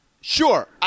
Sure